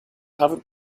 covered